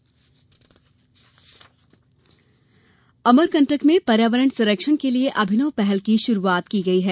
अभिनव पहल अमरकंटक में पर्यावरण संरक्षण के लिए अभिनव पहल की शुरुआत की गई है